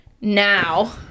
now